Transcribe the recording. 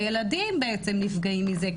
הילדים בעצם נפגעים מזה,